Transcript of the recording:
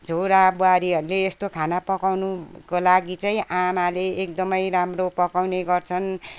छोरा बुहारीहरूले यस्तो खाना पकाउनुको लागि चाहिँ आमाले एकदमै राम्रो पकाउने गर्छन्